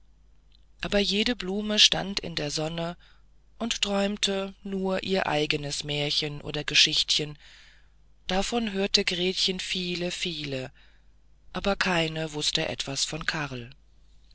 aber jede blume stand in der sonne und träumte ihr eigenes märchen oder geschichtchen davon hörte gretchen viele viele aber keine wußte etwas von karl